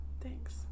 Thanks